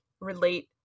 relate